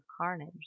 carnage